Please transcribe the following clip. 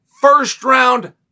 first-round